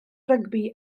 rygbi